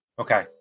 Okay